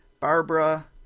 Barbara